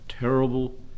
terrible